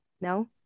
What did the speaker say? No